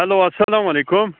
hello اسلامُ علیکُم